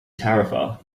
tarifa